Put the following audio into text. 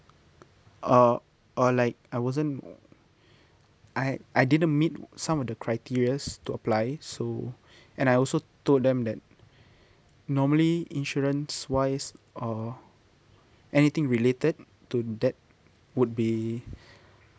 or or like I wasn't I I didn't meet some of the criterias to apply so and I also told them that normally insurance wise or anything related to that would be